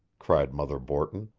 cried mother borton.